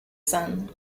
son